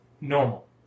normal